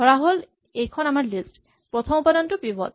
ধৰাহ'ল এইখন আমাৰ লিষ্ট প্ৰথম উপাদানটো পিভট